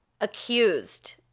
Accused